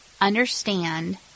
understand